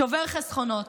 שובר חסכונות,